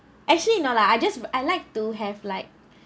actually no lah I just I like to have like